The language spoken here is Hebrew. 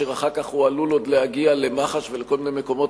שאחר כך הוא עלול עוד להגיע למח"ש ולכל מיני מקומות